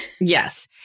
Yes